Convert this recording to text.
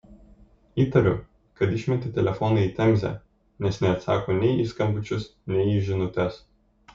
įtariu kad išmetė telefoną į temzę nes neatsako nei į skambučius nei į žinutes